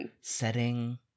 setting